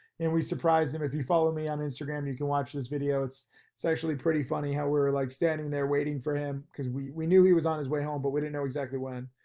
and we surprised them. if you follow me on instagram, you can watch this video. it's it's actually pretty funny how we were like standing there waiting for him. cause we we knew he was on his way home but we didn't know exactly when.